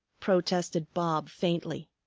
protested bob faintly.